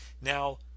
Now